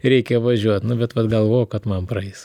reikia važiuot nu bet vat galvojau kad man praeis